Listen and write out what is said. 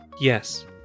yes